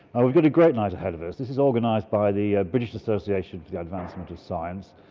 and we've got a great night ahead of us. this is organised by the ah british association for the advancement of science,